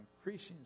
increasing